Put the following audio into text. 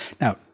Now